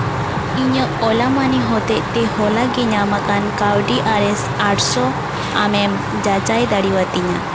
ᱤᱧᱟᱹᱜ ᱚᱞᱟ ᱢᱟᱹᱱᱤ ᱦᱚᱛᱮᱪᱛᱮ ᱦᱚᱞᱟ ᱜᱮ ᱧᱟᱢᱟᱠᱟᱱ ᱠᱟᱹᱣᱰᱤ ᱟᱨᱮᱥ ᱟᱴᱥᱚ ᱟᱢᱮᱢ ᱡᱟᱪᱟᱭ ᱫᱟᱲᱮᱭᱟᱛᱤᱧᱟ